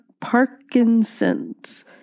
Parkinson's